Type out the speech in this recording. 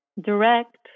direct